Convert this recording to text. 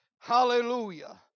hallelujah